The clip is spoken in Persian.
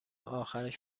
آخرش